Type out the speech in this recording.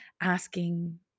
asking